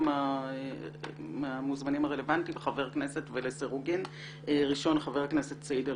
חבר הכנסת סעיד אלחרומי,